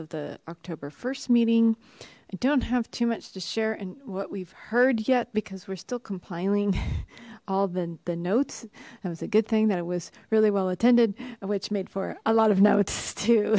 of the october st meeting i don't have too much to share and what we've heard yet because we're still compiling all the the notes that was a good thing that it was really well attended which made for a lot of notes to